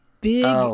big